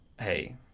Hey